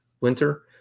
winter